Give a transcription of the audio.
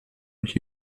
mich